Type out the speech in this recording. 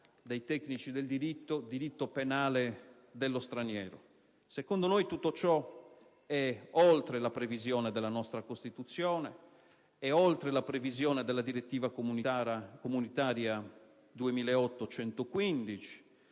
dai tecnici diritto penale dello straniero. Secondo noi, tutto ciò è oltre la previsione della nostra Costituzione, è oltre il dettato della direttiva comunitaria n.